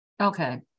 Okay